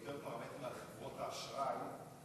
חברות האשראי,